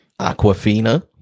Aquafina